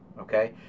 okay